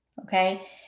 okay